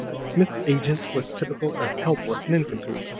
smith's agent was typical a helpless nincompoop,